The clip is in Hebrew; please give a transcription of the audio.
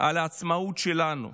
על העצמאות שלנו.